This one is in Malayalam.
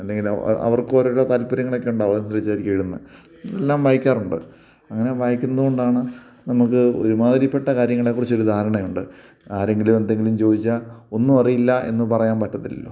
അല്ലെങ്കിൽ അവർക്ക് ഓരോ താൽപ്പര്യങ്ങളൊക്കെയുണ്ടാവും അതിനനുസരിച്ച് ആയിരിക്കും ഇടുന്നത് എല്ലാം വായിക്കാറുണ്ട് അങ്ങനെ വായിക്കുന്നത് കൊണ്ടാണ് നമുക്ക് ഒരുമാതിരിപ്പെട്ട കാര്യങ്ങളെ കുറിച്ചൊരു ധാരണയുണ്ട് ആരെങ്കിലും എന്തെങ്കിലും ചോദിച്ചാൽ ഒന്നും അറിയില്ല എന്ന് പറയാൻ പറ്റത്തില്ലല്ലോ